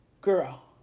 girl